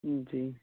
جی